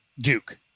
Duke